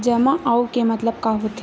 जमा आऊ के मतलब का होथे?